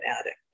addict